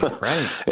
Right